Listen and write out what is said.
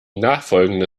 nachfolgende